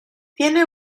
tiene